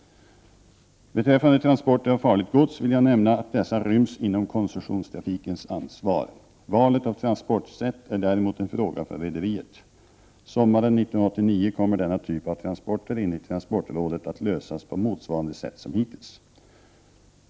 Beträffande transporter av farligt gods vill jag nämna att dessa ryms inom koncessionstrafikens ansvar. Valet av transportsätt är däremot en fråga för rederiet. Sommaren 1989 kommer denna typ av transporter enligt transportrådet att ordnas på motsvarande sätt som hittills.